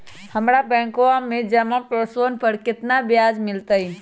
हम्मरा बैंकवा में जमा पैसवन पर कितना ब्याज मिलतय?